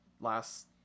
last